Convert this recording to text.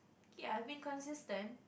ya I keep on consistent